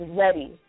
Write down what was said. ready